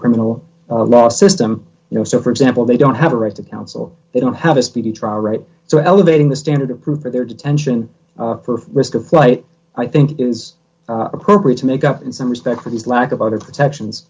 criminal law system you know so for example they don't have a right to counsel they don't have a speedy trial right so elevating the standard of proof for their detention for risk of flight i think is appropriate to make up in some respects for these lack of other protections